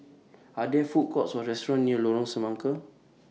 Are There Food Courts Or restaurants near Lorong Semangka